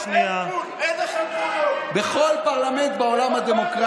בכל פרלמנט בעולם,